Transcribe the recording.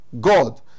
God